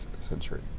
century